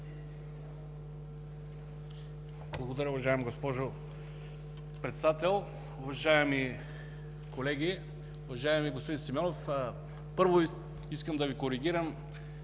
Благодаря, уважаема госпожо Председател. Уважаеми колеги! Уважаеми господин Симеонов, първо, искам да Ви коригирам